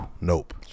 Nope